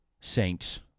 Saints